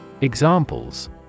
Examples